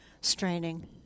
straining